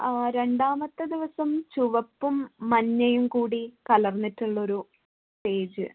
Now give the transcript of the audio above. ആ രണ്ടാമത്തെ ദിവസം ചുവപ്പും മഞ്ഞയും കൂടി കലർന്നിട്ടുള്ള ഒരു പേജ്